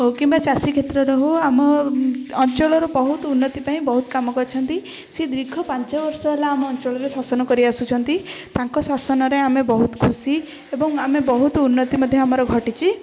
କିମ୍ବା ଚାଷୀ କ୍ଷେତ୍ରରେ ହେଉ ଆମ ଅଞ୍ଚଳର ବହୁତ ଉନ୍ନତି ପାଇଁ ବହୁତ କାମ କରିଛନ୍ତି ସେ ଦୀର୍ଘ ପାଞ୍ଚ ବର୍ଷ ହେଲା ଆମ ଅଞ୍ଚଳରେ ଶାସନ କରି ଆସୁଛନ୍ତି ତାଙ୍କ ଶାସନରେ ଆମେ ବହୁତ ଖୁସି ଏବଂ ଆମେ ବହୁତ ଉନ୍ନତି ମଧ୍ୟ ଆମର ଘଟିଛି